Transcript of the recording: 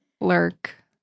lurk